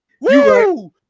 Woo